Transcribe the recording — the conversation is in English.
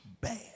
bad